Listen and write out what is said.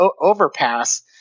overpass